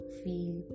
feel